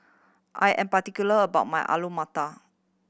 I am particular about my Alu Matar